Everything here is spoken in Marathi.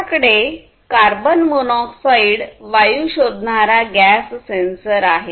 आपल्याकडे कार्बन मोनॉक्साईड वायू शोधणारा गॅस सेन्सर आहे